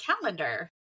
calendar